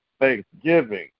Thanksgiving